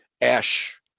ash